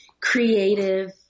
creative